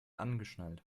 angeschnallt